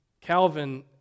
Calvin